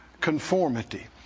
conformity